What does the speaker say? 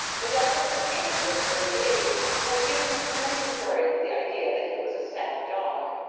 the death of the king at this early age has given to many historians the idea that he was a sad dog,